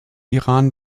iran